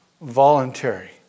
voluntary